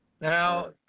Now